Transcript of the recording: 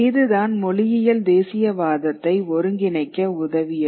இதுதான் மொழியியல் தேசியவாதத்தை ஒருங்கிணைக்க உதவியது